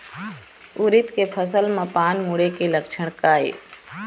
उरीद के फसल म पान मुड़े के लक्षण का ये?